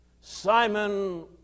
Simon